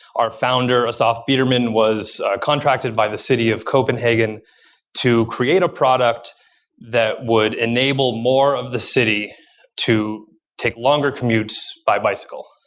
our founder, assaf biderman was contracted by the city of copenhagen to create a product that would enable more of the city to take longer commutes by bicycle.